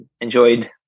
enjoyed